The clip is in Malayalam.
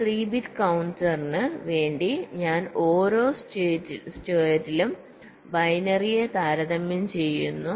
ഒരു 3 ബിറ്റ് കൌണ്ടറിനു വേണ്ടി ഞാൻ ഓരോ സ്റ്റേറ്റിലും ബൈനറിയെ താരതമ്യം ചെയ്യുന്നു